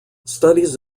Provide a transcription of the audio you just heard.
studies